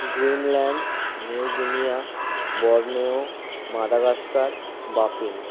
Greenland New Guinea Borneo Madagascar বাফিন